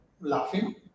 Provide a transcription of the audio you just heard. Laughing